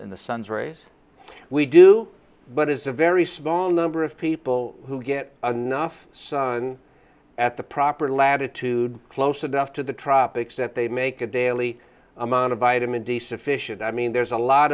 in the sun's rays we do but it's a very small number of people who get enough sun at the proper latitude close enough to the tropics that they make a daily amount of vitamin d sufficient i mean there's a lot